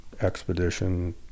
expedition